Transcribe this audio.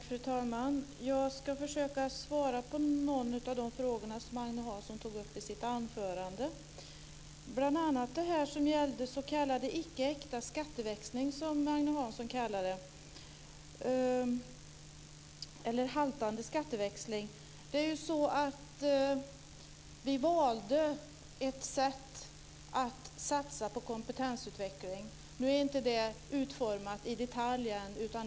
Fru talman! Jag ska försöka svara på några av de frågor som Agne Hansson tog upp i sitt anförande, bl.a. detta som gällde s.k. icke äkta skatteväxling, som Agne Hansson kallade det. Vi valde att satsa på kompetensutveckling. Nu är inte det förslaget utformat i detalj än.